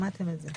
שמעתם את זה.